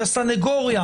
הסנגוריה